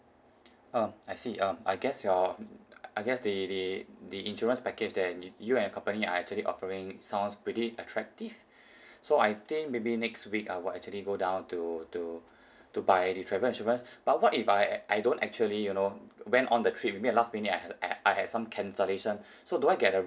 um I see um I guess your I guess the the the insurance package that you and your company are actually offering it sounds pretty attractive so I think maybe next week I will actually go down to to to buy the travel insurance but what if I I don't actually you know went on the trip maybe the last minute I has I had some cancellation so do I get a